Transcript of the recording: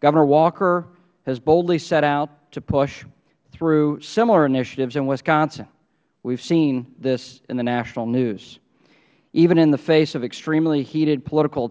governor walker has boldly set out to push through similar initiatives in wisconsin we have seen this in the national news even in the face of extremely heated political